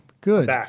good